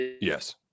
Yes